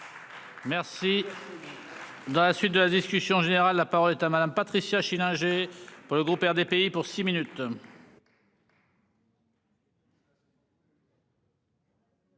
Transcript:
Merci. Dans la suite de la discussion générale. La parole est à madame Patricia Schillinger pour le groupe RDPI pour six minutes.